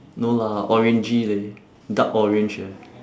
no lah orangey leh dark orange eh